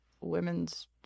women's